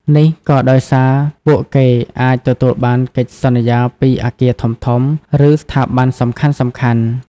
នេះក៏ដោយសារពួកគេអាចទទួលបានកិច្ចសន្យាពីអគារធំៗ ឬស្ថាប័នសំខាន់ៗ។